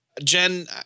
Jen